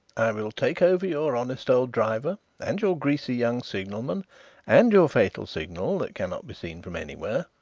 i will take over your honest old driver and your greasy young signalman and your fatal signal that cannot be seen from anywhere.